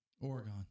Oregon